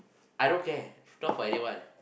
I don't care it's not for anyone